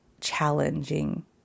challenging